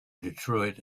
detroit